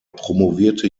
promovierte